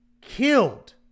killed